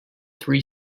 three